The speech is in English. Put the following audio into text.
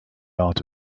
art